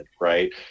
right